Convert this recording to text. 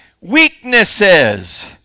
weaknesses